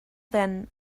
then